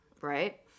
right